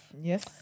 Yes